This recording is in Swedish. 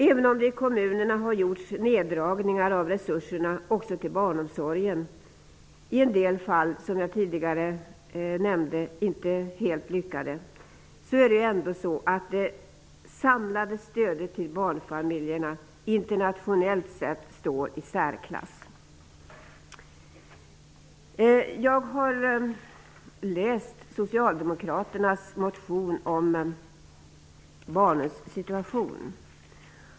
Även om det i kommunerna har gjorts neddragningar av resurserna också till barnomsorgen, som i en del fall inte varit helt lyckade, står det samlade stödet till barnfamiljerna internationellt sett i särsklass. Jag har läst Socialdemokraternas motion om barnens situation.